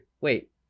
wait